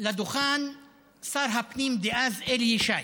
לדוכן שר הפנים דאז אלי ישי